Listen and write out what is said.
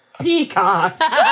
Peacock